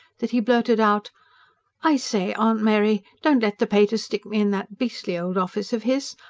that he blurted out i say, aunt mary, don't let the pater stick me in that beastly old office of his.